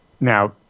Now